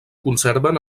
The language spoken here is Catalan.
conserven